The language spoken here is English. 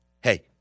hey